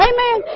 Amen